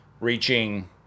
reaching